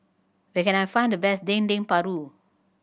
where can I find the best Dendeng Paru